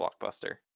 blockbuster